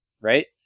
Right